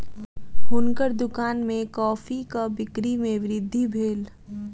हुनकर दुकान में कॉफ़ीक बिक्री में वृद्धि भेल